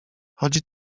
chodzi